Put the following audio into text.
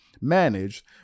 managed